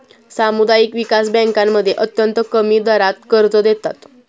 सामुदायिक विकास बँकांमध्ये अत्यंत कमी दरात कर्ज देतात